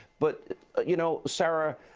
but you know, sara,